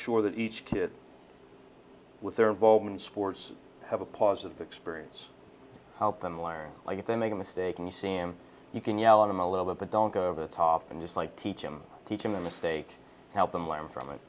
sure that each kid with their involvement sports have a pause of experience help them learn like if they make a mistake and you seem you can yell at them a little bit but don't go over the top and just like teach him teach him a mistake help them learn from it